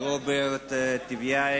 ורוברט טיבייב,